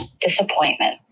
disappointment